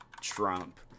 Trump